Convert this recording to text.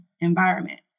environment